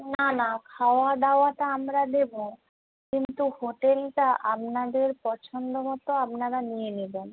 না না খাওয়া দাওয়াটা আমরা দেবো কিন্তু হোটেলটা আপনাদের পছন্দ মতো আপনারা নিয়ে নেবেন